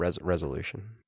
Resolution